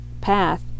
path